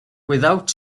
without